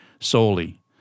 solely